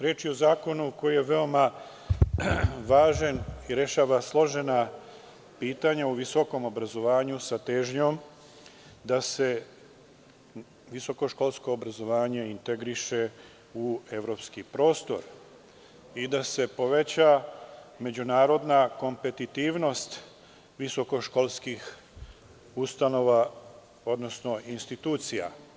Reč je o Zakonu koji je veoma važan i rešava složena pitanja o visokom obrazovanju, sa težnjom da se visokoškolsko obrazovanje integriše u evropski prostor i da se poveća međunarodna kompetitivnost visokoškolskih ustanova odnosno institucija.